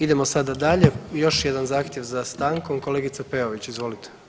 Idemo sada dalje, još jedan zahtjev za stankom, kolegice Peović, izvolite.